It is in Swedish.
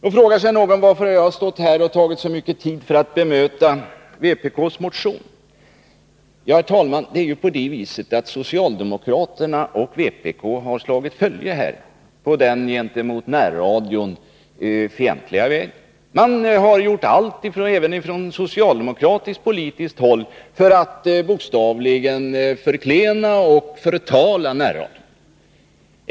Nu frågar sig någon varför jag har stått här och tagit så mycket tid i anspråk för att bemöta vpk:s motion. Jo, herr talman, det är ju på det viset att socialdemokraterna och vpk har slagit följe på den gentemot närradion fientliga vägen. Man har även från socialdemokratiskt politiskt håll gjort allt 101 för att bokstavligen förklena och förtala närradion.